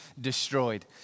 destroyed